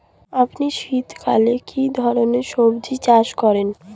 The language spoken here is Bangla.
আপনি শীতকালে কী ধরনের সবজী চাষ করেন?